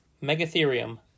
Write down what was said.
Megatherium